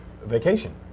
Vacation